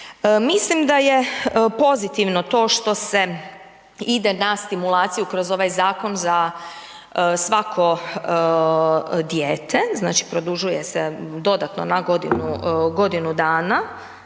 Mislim da je pozitivno to što se ide na stimulaciju kroz ovaj zakon za svako dijete, znači produžuje se dodatno na godinu dana,